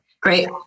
Great